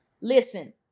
Listen